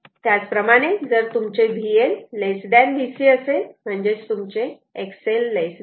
त्याचप्रमाणे जर तुमचे VL VC असेल म्हणजेच तुमचे XL Xc आहे